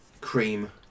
cream